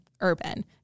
urban